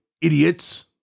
idiots